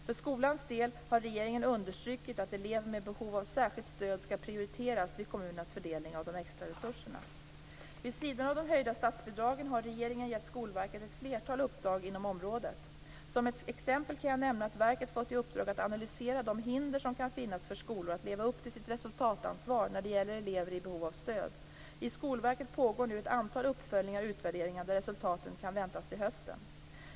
För skolans del har regeringen understrukit att elever med behov av särskilt stöd skall prioriteras vid kommunernas fördelning av de extra resurserna. Vid sidan av de höjda statsbidragen har regeringen gett Skolverket ett flertal uppdrag inom området. Som ett exempel kan jag nämna att verket fått i uppdrag att analysera de hinder som kan finnas för skolor att leva upp till sitt resultatansvar när det gäller elever i behov av stöd. I Skolverket pågår nu ett antal uppföljningar och utvärderingar där resultat kan väntas till hösten.